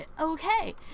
okay